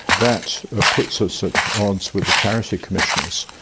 that puts us at odds with the charity commissioners.